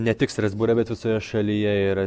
ne tik strasbūre bet visoje šalyje yra